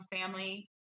family